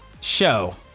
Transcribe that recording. show